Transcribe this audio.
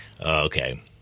Okay